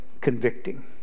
convicting